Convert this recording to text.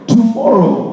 Tomorrow